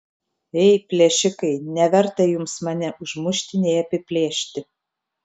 ei plėšikai neverta jums mane užmušti nei apiplėšti